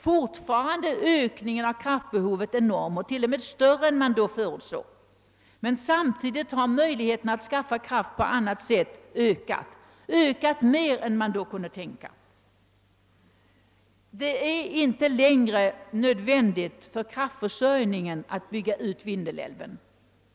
Fortfarande är ökningen av kraftbehovet enorm, till och med större än man tidigare förutsåg, men samtidigt har möjligheterna att skaffa kraft på annat sätt ökat mer än man kunde tänka sig. Det är inte längre för kraftförsörjningen nödvändigt att bygga ut Vindelälven.